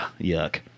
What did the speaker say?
yuck